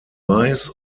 weiß